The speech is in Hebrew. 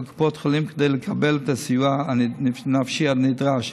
קופות החולים כדי לקבל את הסיוע הנפשי הנדרש.